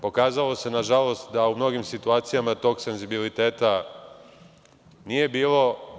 Pokazalo se, nažalost, da u mnogim situacijama tog senzibiliteta nije bilo.